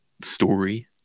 story